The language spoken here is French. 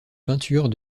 peinture